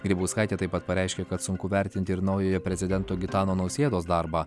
grybauskaitė taip pat pareiškė kad sunku vertinti ir naujojo prezidento gitano nausėdos darbą